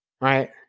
right